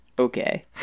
Okay